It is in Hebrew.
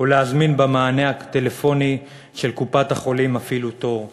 או להזמין במענה הקולי של קופת-החולים אפילו תור?